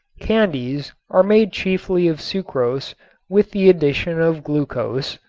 candies are made chiefly of sucrose with the addition of glucose,